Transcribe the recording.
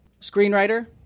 Screenwriter